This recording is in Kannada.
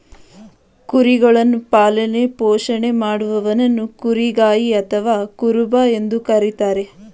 ಕುರಿಗಳನ್ನು ಪಾಲನೆ ಪೋಷಣೆ ಮಾಡುವವನನ್ನು ಕುರಿಗಾಯಿ ಅಥವಾ ಕುರುಬ ಎಂದು ಕರಿತಾರೆ